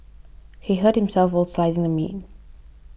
he hurt himself while slicing the meat